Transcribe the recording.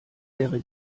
wäre